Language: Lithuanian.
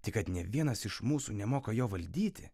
tik kad ne vienas iš mūsų nemoka jo valdyti